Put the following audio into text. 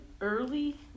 early